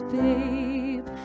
babe